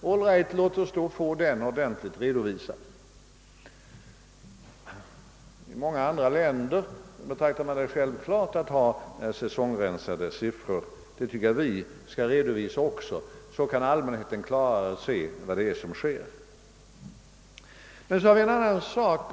Låt oss då också få den ordentligt redovisad! I flera andra länder betraktar man det som självklart att redovisa säsongrensade siffror, och det tycker jag att även vi skall göra, så att allmänheten klarare kan se vad det är som sker.